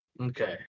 Okay